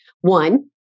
One